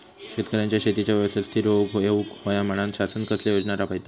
शेतकऱ्यांका शेतीच्या व्यवसायात स्थिर होवुक येऊक होया म्हणान शासन कसले योजना राबयता?